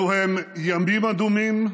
אלו הם ימים אדומים,